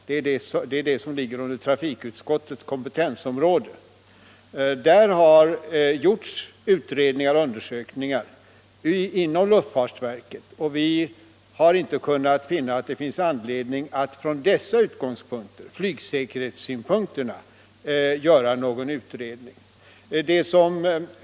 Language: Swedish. Det är detta som ligger inom trafikutskottets kompetensområde. Luftfartsverket har gjort utredningar och undersökningar, och vi har inte funnit anledning att från flygsäkerhetssynpunkt göra någon ytterligare utredning.